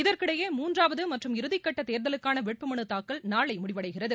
இதற்கிடையே முன்றாவது மற்றும் இறுதிக்கட்ட தேர்தலுக்கான வேட்புமனு தாக்கல் நாளை முடிவடைகிறது